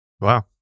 wow